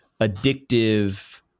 addictive